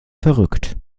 verrückt